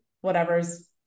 whatever's